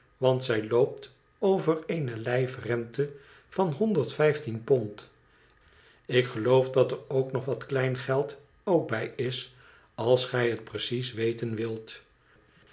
want zij loopt over eene lijfrente van honderd vijftien pond ik geloof dat er nog wat klein geld ook bij is als gij het precies weten wilt